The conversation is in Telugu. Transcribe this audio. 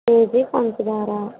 కేజీ పంచదార